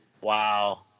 wow